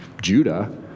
Judah